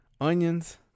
onions